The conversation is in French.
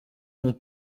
mon